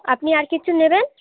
আপনি আর কিছু নেবেন